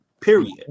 period